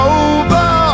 over